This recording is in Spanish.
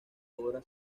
obra